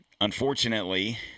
unfortunately